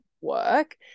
work